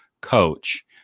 coach